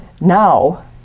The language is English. now